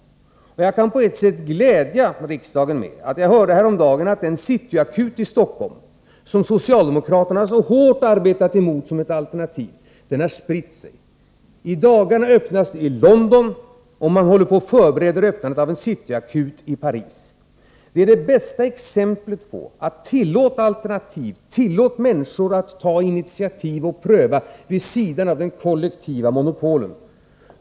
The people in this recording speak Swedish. Jag kan på ett sätt glädja riksdagen med att jag häromdagen hörde att idén med en ”cityakut” liknande den i Stockholm, som socialdemokraterna så hårt arbetat emot som ett alternativ, har spritt sig. I dagarna öppnas en cityakut i London, och man håller på att förbereda öppnandet av en i Paris. Detta är det bästa exemplet på att man bör tillåta alternativ och tillåta människor att ta initiativ' och pröva verksamheter vid sidan av de kollektiva monopolen.